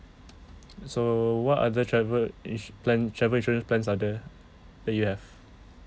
so what other travel ins~ plan travel insurance plans are there that you have